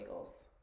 bagels